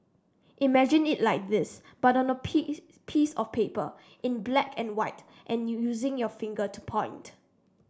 imagine it like this but on a piece of paper in black and white and using your finger to point